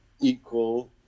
equal